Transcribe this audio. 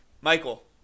Michael